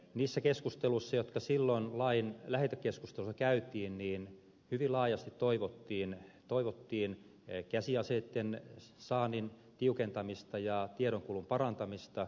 niissä keskusteluissa jotka silloin lain lähetekeskustelussa käytiin hyvin laajasti toivottiin käsiaseitten saannin tiukentamista ja tiedonkulun parantamista